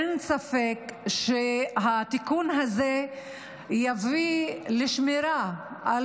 אין ספק שהתיקון הזה יביא לשמירה על